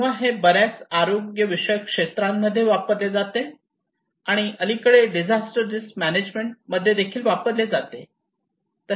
तेव्हा हे बऱ्याच आरोग्य विषयक क्षेत्रांमध्ये वापरले जाते आणि अलीकडे डिझास्टर रिस्क मॅनेजमेंट मध्ये देखील वापरले जाते